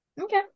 Okay